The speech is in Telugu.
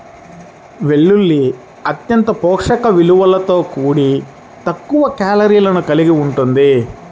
వెల్లుల్లి అత్యంత పోషక విలువలతో కూడి తక్కువ కేలరీలను కలిగి ఉంటుంది